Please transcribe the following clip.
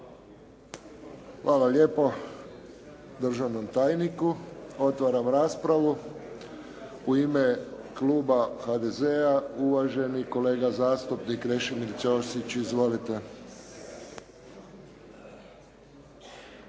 Hvala lijepo državnom tajniku. Otvaram raspravu. U ime kluba HDZ-a uvaženi kolega zastupnik Krešimir Ćosić. Izvolite.